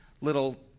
little